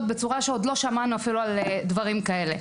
בצורה שעוד לא שמענו אפילו על דברים כאלה.